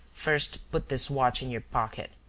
first put this watch in your pocket.